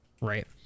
right